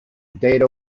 data